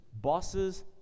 Bosses